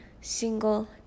single